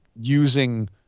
using